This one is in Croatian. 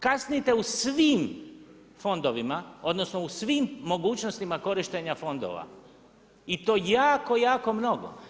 Kasnite u svim fondovima, odnosno u svim mogućnostima korištenja fondova i to jako, jako mnogo.